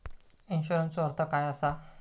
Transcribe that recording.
इन्शुरन्सचो अर्थ काय असा?